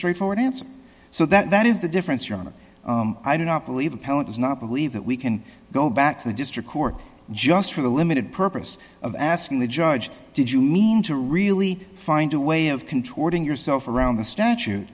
straightforward answer so that is the difference your honor i do not believe appellant does not believe that we can go back to the district court just for the limited purpose of asking the judge did you mean to really find a way of contorting yourself around the statute